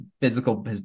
physical